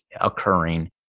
occurring